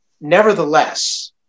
nevertheless